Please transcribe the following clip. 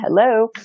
Hello